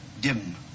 dim